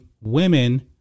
women